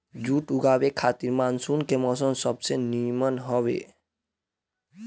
जुट उगावे खातिर मानसून के मौसम सबसे निमन हवे